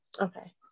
Okay